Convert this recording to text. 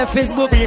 Facebook